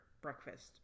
breakfast